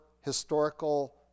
historical